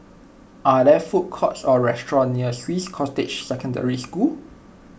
are there food courts or restaurants near Swiss Cottage Secondary School